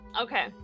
okay